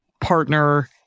Partner